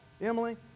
emily